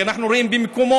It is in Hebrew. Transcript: כי אנחנו רואים במקומות,